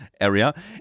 area